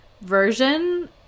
version